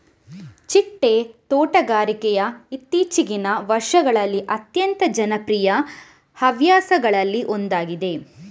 ಚಿಟ್ಟೆ ತೋಟಗಾರಿಕೆಯು ಇತ್ತೀಚಿಗಿನ ವರ್ಷಗಳಲ್ಲಿ ಅತ್ಯಂತ ಜನಪ್ರಿಯ ಹವ್ಯಾಸಗಳಲ್ಲಿ ಒಂದಾಗಿದೆ